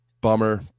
bummer